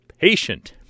patient